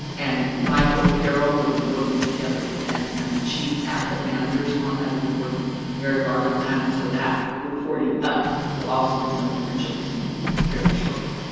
and michael carroll, who have been working together, and and the chief asset managers on that. they've been working very hard on that. and so that reporting up will also be something that you'll be seeing fairly shortly.